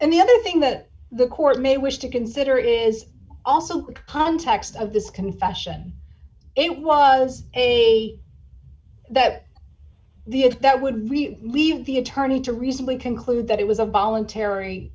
and the other thing that the court may wish to consider is also the context of this confession it was a that the if that would leave the attorney to reasonably conclude that it was a